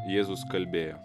jėzus kalbėjo